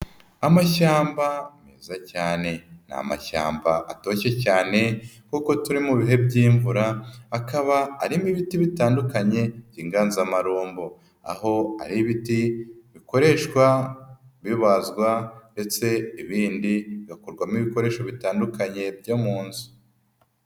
Amashyamba meza cyane, ni amashyamba atoshye cyane kuko turi mu bihe by'imvura akaba arimo ibiti bitandukanye by'inganzamarumbo, aho ari ibiti bikoreshwa bibazwa ndetse ibindi bigakorwamo ibikoresho bitandukanye byo mu nzu.